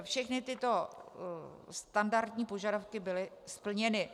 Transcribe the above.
Všechny tyto standardní požadavky byly splněny.